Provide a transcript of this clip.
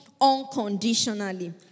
unconditionally